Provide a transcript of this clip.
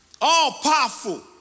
all-powerful